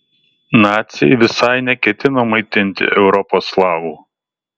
naciai visai neketino maitinti europos slavų